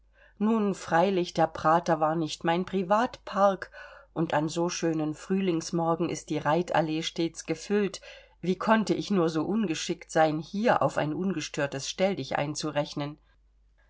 nun freilich der prater war nicht mein privatpark und an so schönen frühlingsmorgen ist die reit allee stets gefüllt wie konnte ich nur so ungeschickt sein hier auf ein ungestörtes stelldichein